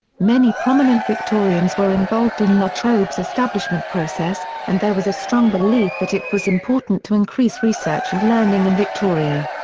many prominent victorians were involved in la trobe's establishment process, and there was a strong belief that it was important to increase research and learning in and victoria.